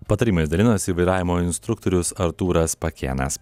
patarimais dalinosi vairavimo instruktorius artūras pakėnas